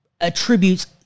attributes